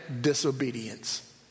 disobedience